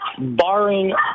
barring –